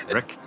Rick